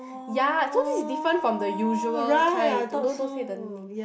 yea so this is different from the usual kind don't don't don't say the name